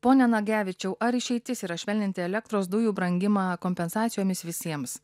pone nagevičiau ar išeitis yra švelninti elektros dujų brangimą kompensacijomis visiems